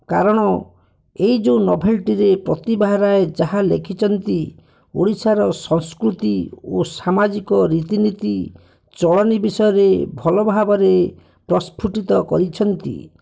କାରଣ ଏହି ଯେଉଁ ନୋଭେଲଟିରେ ପ୍ରତିଭା ରାୟ ଯାହା ଲେଖିଛନ୍ତି ଓଡ଼ିଶାର ସଂସ୍କୃତି ଓ ସାମାଜିକ ରୀତିନୀତି ଚଳଣି ବିଷୟରେ ଭଲ ଭାବରେ ପ୍ରସ୍ଫୁଟିତ କରିଛନ୍ତି